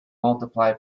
multiply